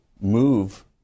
move